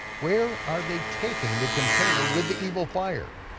where are they taking the container with the evil fire?